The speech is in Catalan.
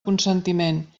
consentiment